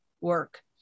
work